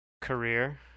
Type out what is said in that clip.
career